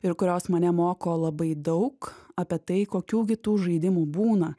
ir kurios mane moko labai daug apie tai kokių gi tų žaidimų būna